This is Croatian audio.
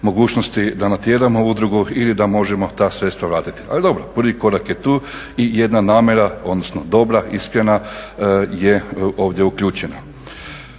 da natjeramo udrugu ili da možemo ta sredstva vratiti. Ali dobro, prvi korak je tu i jedna namjera, dobra, iskrena je ovdje uključena.